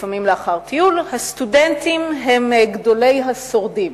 לפעמים לאחר טיול, הסטודנטים הם גדולי השורדים.